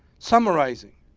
summarizing,